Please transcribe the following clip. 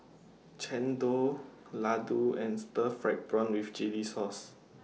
Chendol Laddu and Stir Fried Prawn with Chili Sauce